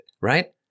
right